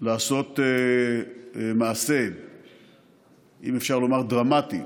לעשות מעשה דרמטי,